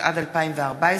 התשע"ד 2014,